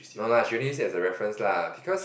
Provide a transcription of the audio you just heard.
no lah she only use it as a reference lah because